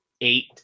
eight